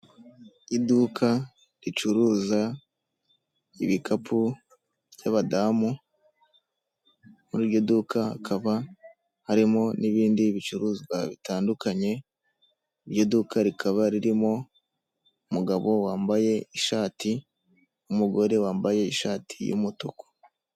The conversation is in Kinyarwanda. Iduka ricuruza ibikapu by'abadamu, muri iryo duka hakaba harimo n'ibindi bicuruzwa bitandukanye, mu iduka rikaba ririmo umugabo wambaye ishati, n'umugore wambaye ishati y'umutuku.